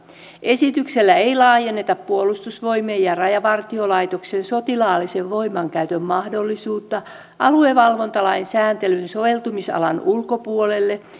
esityksellä ei laajenneta puolustusvoimien ja rajavartiolaitoksen sotilaallisen voimankäytön mahdollisuutta aluevalvontalain sääntelyn soveltamisalan ulkopuolelle